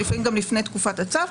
ולפעמים גם לפני תקופת הצו,